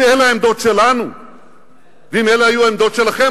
אם אלה העמדות שלנו ואם אלה היו העמדות שלכם,